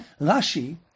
Rashi